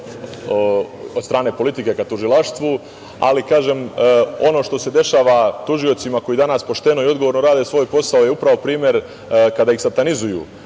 od strane politike ka tužilaštvu, ali ono što se dešava tužiocima koji danas pošteno i odgovorno rade svoj posao je upravo primer kada ih satanizuju